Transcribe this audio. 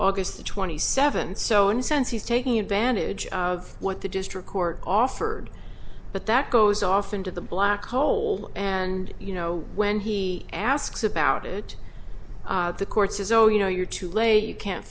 august twenty seventh so in sense he's taking advantage of what the district court offered but that goes off into the black hole and you know when he asks about it the court says oh you know you're too late you can't